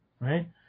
Right